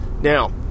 Now